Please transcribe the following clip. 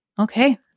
okay